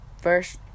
First